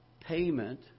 payment